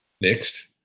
Next